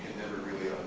never really